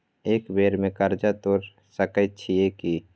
एक बेर में कर्जा तोर सके छियै की?